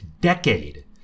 decade